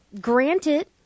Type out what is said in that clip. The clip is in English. Granted